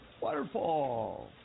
Waterfall